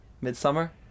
Midsummer